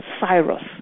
Cyrus